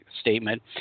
statement